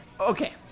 Okay